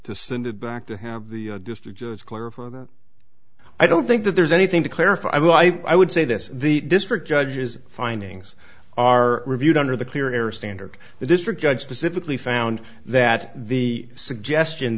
to send it back to the district just clarify i don't think that there's anything to clarify why i would say this the district judges findings are reviewed under the clear air standard the district judge specifically found that the suggestion